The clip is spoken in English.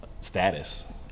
status